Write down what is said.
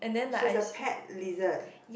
she has a pet lizard